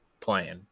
playing